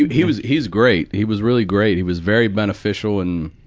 he was he's great. he was really great. he was very beneficial, and,